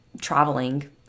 traveling